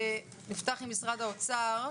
ונפתח עם משרד האוצר.